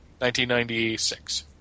1996